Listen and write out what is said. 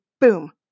boom